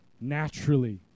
naturally